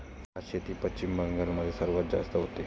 भातशेती पश्चिम बंगाल मध्ये सर्वात जास्त होते